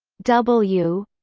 w